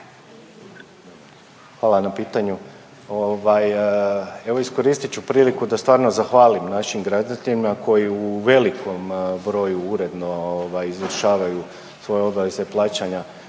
Hvala na pitanju. Ovaj, evo, iskoristit ću priliku da stvarno zahvalim našim građanima koji u velikom broju uredno ovaj, izvršavaju svoje obaveze plaćanja